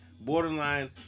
borderline